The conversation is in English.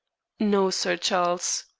no, sir charles.